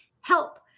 help